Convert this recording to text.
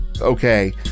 okay